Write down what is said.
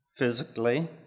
physically